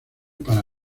para